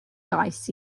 gais